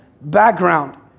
background